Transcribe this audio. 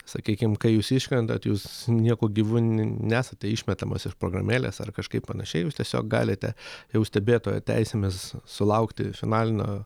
sakykim kai jūs iškrentat jūs niekuo gyvu nesate išmetamas iš programėlės ar kažkaip panašiai jūs tiesiog galite jau stebėtojo teisėmis sulaukti finalinio